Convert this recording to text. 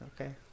Okay